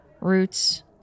roots